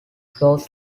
flows